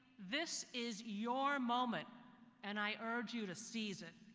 this is your moment and i urge you to seize it!